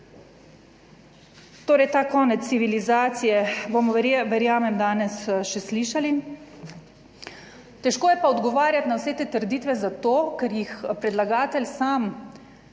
Torej ta konec civilizacije bomo, verjamem, danes še slišali. Težko je pa odgovarjati na vse te trditve, zato ker jih predlagatelj sam